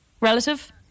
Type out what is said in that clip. relative